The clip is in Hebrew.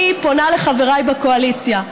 אני פונה לחבריי בקואליציה: